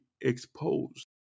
exposed